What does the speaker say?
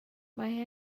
mae